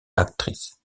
actrice